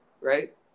Right